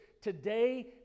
Today